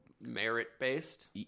merit-based